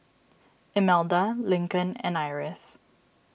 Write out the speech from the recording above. Imelda Lincoln and Iris